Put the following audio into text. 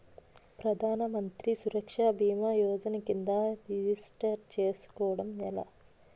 ప్రధాన మంత్రి సురక్ష భీమా యోజన కిందా రిజిస్టర్ చేసుకోవటం ఎలా?